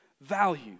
value